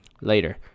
later